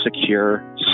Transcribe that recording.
secure